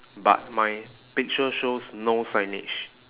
but my picture shows no signage